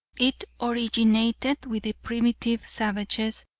it originated with the primitive savages,